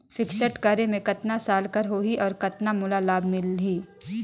Fixed करे मे कतना साल कर हो ही और कतना मोला लाभ मिल ही?